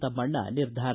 ತಮ್ಮಣ್ಣ ನಿರ್ಧಾರ